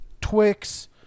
Twix